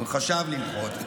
הוא חשב למחות.